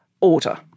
order